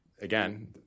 Again